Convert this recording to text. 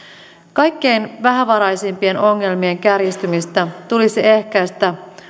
kaikkein vähävaraisimpien ongelmien kärjistymistä tulisi ehkäistä